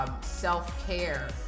self-care